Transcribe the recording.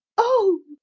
oh!